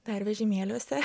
dar vežimėliuose